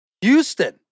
Houston